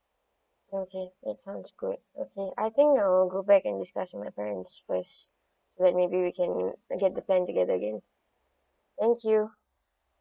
okay it sounds great okay I think I'll go back and discuss with my parents first then maybe we can get the plan together again thank you